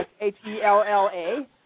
H-E-L-L-A